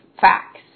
facts